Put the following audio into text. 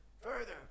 Further